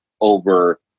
over